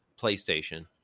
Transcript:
PlayStation